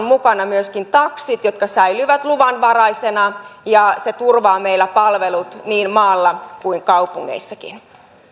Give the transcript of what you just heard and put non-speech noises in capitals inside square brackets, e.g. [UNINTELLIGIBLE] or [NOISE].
[UNINTELLIGIBLE] mukana myöskin taksit jotka säilyvät luvanvaraisena ja se turvaa meillä palvelut niin maalla kuin kaupungeissakin